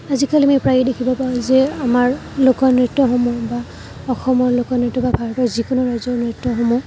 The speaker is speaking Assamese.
আজিকালি আমি প্ৰায়ে দেখিব পাওঁ যে আমাৰ লোকনৃত্যসমূহ বা অসমৰ লোকনৃত্য বা ভাৰতৰ যিকোনো ৰাজ্যৰ নৃত্যসমূহ